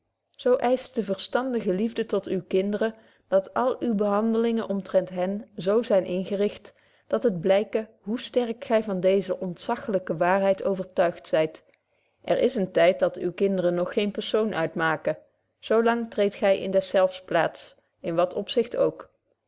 zo eischt de verstandige liefde tot uwe kinderen dat alle uwe behandelingen omtrent hen zo zyn ingericht dat het blyke hoe sterk gy van deeze ontzachlyke waarheid overtuigd zyt er is een tyd dat uwe kinderen nog geen persoon uitmaken zo lang treedt gy in deszelfs plaats in wat opzicht ook